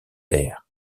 air